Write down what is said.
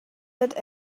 that